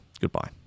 Goodbye